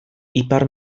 ipar